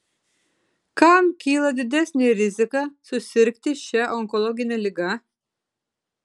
kam kyla didesnė rizika susirgti šia onkologine liga